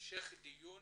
המשך דיון